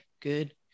Good